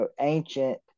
ancient